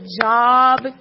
job